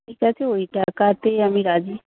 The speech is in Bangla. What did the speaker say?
ঠিক আছে ওই টাকাতেই আমি রাজি